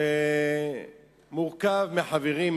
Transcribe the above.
שמורכב מחברים,